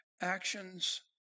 actions